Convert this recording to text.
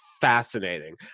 fascinating